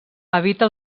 evita